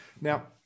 Now